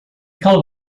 cal